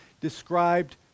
described